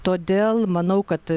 todėl manau kad